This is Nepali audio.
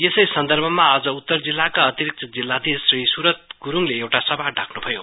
यसै सन्दर्भमा आज उत्तर जिल्लाका अतिरिक्त जिल्लाधीश श्री सुरत गुरुङले एउटा सभा डाक्न भयो